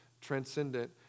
transcendent